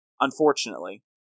unfortunately